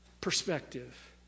perspective